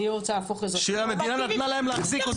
אני לא רוצה --- שהמדינה נתנה להם להחזיק אותו.